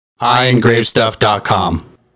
IEngraveStuff.com